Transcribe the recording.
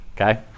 okay